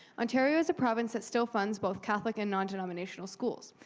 ontario is a province that still funds both catholic and non-denominational schools.